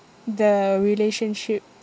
the relationship